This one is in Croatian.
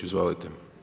Izvolite.